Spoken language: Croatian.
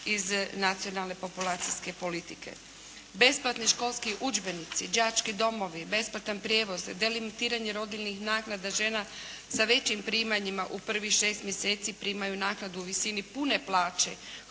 iz nacionalne populacijske politike. Besplatni školski udžbenici, đački domovi, besplatan prijevoz, delimitiranje rodiljnih naknada žena sa većim primanjima u prvih šest mjeseci primaju naknadu u visini pune plaće.